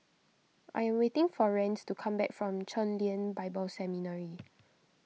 I am waiting for Rance to come back from Chen Lien Bible Seminary